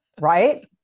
Right